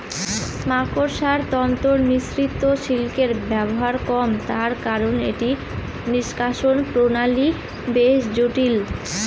মাকড়সার তন্তু নিঃসৃত সিল্কের ব্যবহার কম তার কারন এটি নিঃষ্কাষণ প্রণালী বেশ জটিল